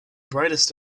brightness